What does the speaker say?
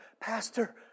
Pastor